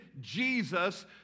Jesus